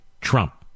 Trump